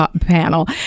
panel